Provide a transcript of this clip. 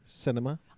cinema